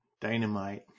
Dynamite